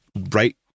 right